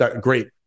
great